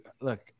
look